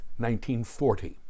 1940